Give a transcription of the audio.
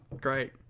great